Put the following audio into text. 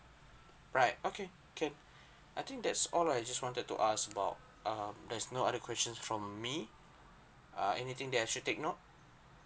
right okay can I think that's all I just wanted to ask about um there's no other questions from me uh anything that I should take note